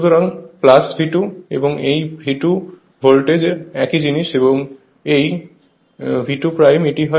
সুতরাং V2 এবং এই V2 ভোল্টেজ একই জিনিস এই বরং V2 হয় এটি হয়